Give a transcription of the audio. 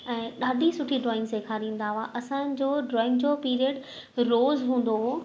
ऐं ॾाढी सुठी ड्रॉइंग सेखारींदा हुआ असांजो ड्रॉइंग जो पीरियड रोज़ु हूंदो हुओ